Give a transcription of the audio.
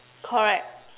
correct